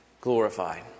glorified